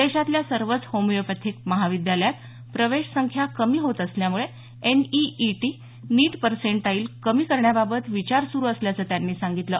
देशातल्या सर्वच होमिओपॅथिक महाविद्यालयात प्रवेश संख्या कमी होत असल्यामुळे एनईईटी नीट पर्सेंटाइल कमी करण्याबाबत विचार सुरू असल्याचं त्यांनी सांगितलं